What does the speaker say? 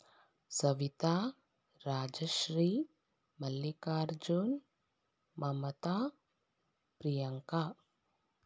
Savita Rajashree Mallikarjun Mamata Priyanka